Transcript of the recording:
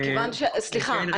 אפשר שאלה?